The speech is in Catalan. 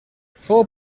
fou